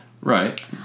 Right